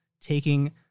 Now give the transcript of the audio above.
taking